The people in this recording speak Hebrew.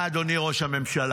אתה, אדוני ראש הממשלה,